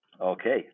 okay